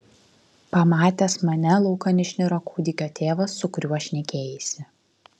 pamatęs mane laukan išniro kūdikio tėvas su kuriuo šnekėjaisi